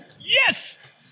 Yes